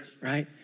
right